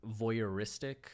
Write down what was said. voyeuristic